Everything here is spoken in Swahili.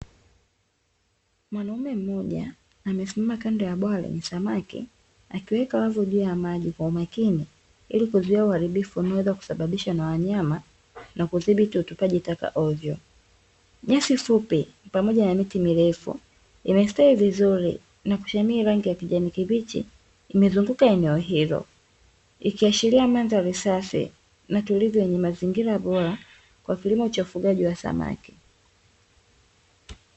Mwanaume mmoja amesimama kando ya bwawa lenye samaki, akiweka wavu juu ya maji kwa umakini ili kuzuia uharibifu unaoweza kusababishwa na wanyama na kudhibiti utupaji taka hovyo. Nyasi fupi pamoja na miti mirefu imestawi vizuri na kushamiri rangi ya kijani kibichi imezunguka eneo hilo, ikiashiria mandhari safi na tulivu yenye mazingira bora kwa kilimo cha ufugaji wa samaki.